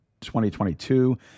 2022